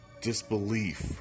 disbelief